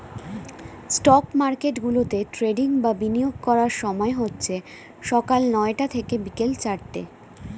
stock মার্কেটগুলোতে trading বা বিনিয়োগ করার সময় হচ্ছে সকাল নয়টা থেকে বিকেল চারটে